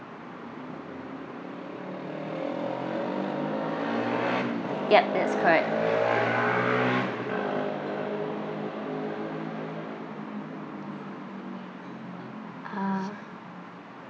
yup that's correct ah